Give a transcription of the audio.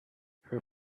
her